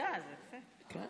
בדיוק